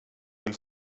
vill